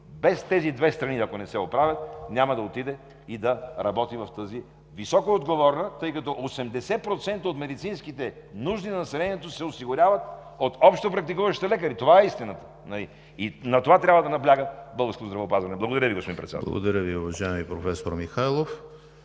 без тези две страни, ако не се оправят, няма да отиде и да работи тази високоотговорна… тъй като 80% от медицинските нужди на населението се осигуряват от общопрактикуващите лекари. Това е истината! На това трябва да набляга българското здравеопазване. Благодаря Ви, господин Председател. ПРЕДСЕДАТЕЛ ЕМИЛ ХРИСТОВ: Благодаря Ви, уважаеми професор Михайлов.